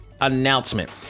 announcement